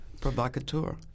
provocateur